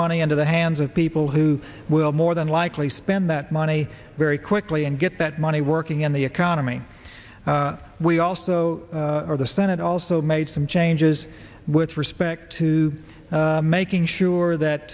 money into the hands of people who will more than likely spend that money very quickly and get that money working in the economy we also the senate also made some changes with respect to making sure that